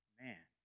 man